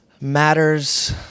matters